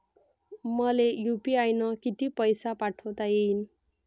मले यू.पी.आय न किती पैसा पाठवता येईन?